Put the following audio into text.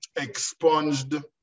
expunged